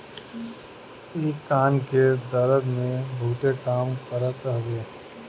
इ कान के दरद में बहुते काम करत हवे